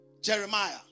Jeremiah